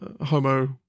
Homo